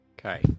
Okay